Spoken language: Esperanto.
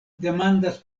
demandas